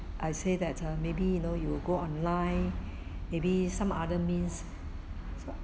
I say that uh maybe you know you will go online maybe some other means